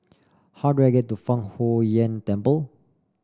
how do I get to Fang Huo Yuan Temple